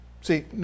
See